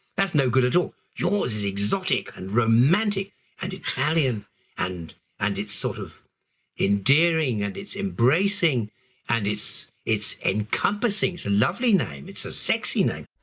that's no good at all. yours is exotic and romantic and italian and and it's sort of endearing and it's embracing and it's it's encompassing, it's a lovely name, it's a sexy name.